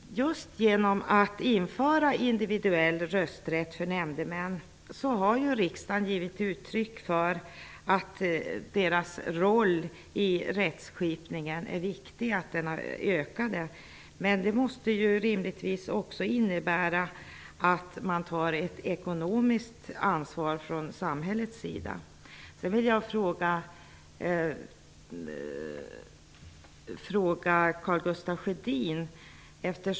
Genom att införa individuell rösträtt för nämndemän har ju riksdagen givit uttryck för att nämndemännens roll i rättskipningen är av stor vikt. Det måste rimligtvis också innebära att samhället tar ett ekonomiskt ansvar. Sedan har jag en fråga till Karl Gustaf Sjödin.